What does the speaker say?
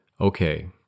Okay